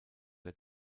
der